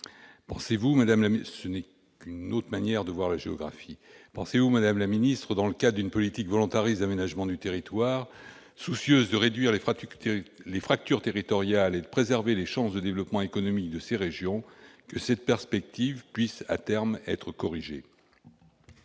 cette perspective puisse, dans le cadre d'une politique volontariste d'aménagement du territoire, soucieuse de réduire les fractures territoriales et de préserver les chances de développement économique de ces régions, être, à terme, corrigée ?